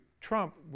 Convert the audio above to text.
Trump